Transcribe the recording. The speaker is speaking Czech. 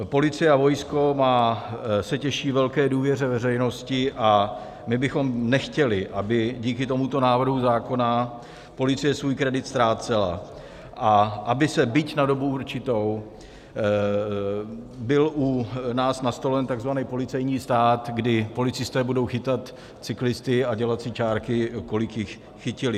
Policie a vojsko se těší velké důvěře veřejnosti a my bychom nechtěli, aby díky tomuto návrhu zákona policie svůj kredit ztrácela a aby, byť na dobu určitou, byl u nás nastolen takzvaný policejní stát, kdy policisté budou chytat cyklisty a dělat si čárky, kolik jich chytili.